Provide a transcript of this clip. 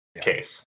case